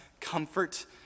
comfort